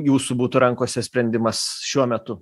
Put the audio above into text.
jūsų būtų rankose sprendimas šiuo metu